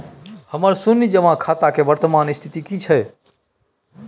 हमर शुन्य जमा खाता के वर्तमान स्थिति की छै?